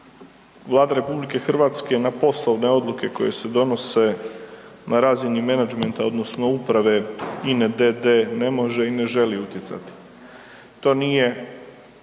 Vlada RH na poslovne odluke koje se donose na razini menadžmenta odnosno uprave INA-e d.d. ne može i ne želi utjecati. To nije